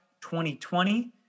2020